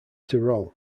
tyrol